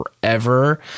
forever